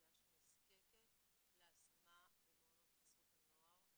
האוכלוסייה שנזקקת להשמה במעונות חסות הנוער הממשלתיים.